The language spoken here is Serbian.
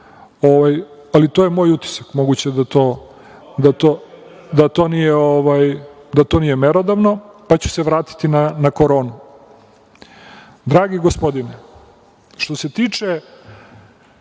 ali to je moj utisak, moguće da to nije merodavno, pa ću se vratiti na koronu. Dragi gospodine, što se tiče